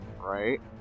right